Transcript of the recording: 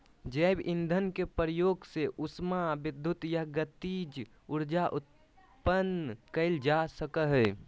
जैव ईंधन के प्रयोग से उष्मा विद्युत या गतिज ऊर्जा उत्पन्न कइल जा सकय हइ